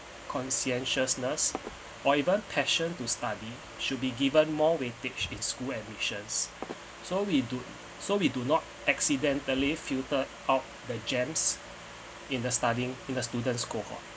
conscientiousness or either passion to study should be given more weightage in school admissions so we do so we do not accidentally filter out the gems in the studying in a student's cohort